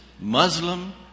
Muslim